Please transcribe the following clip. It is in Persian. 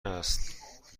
است